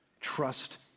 Trust